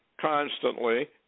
constantly